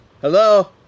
Hello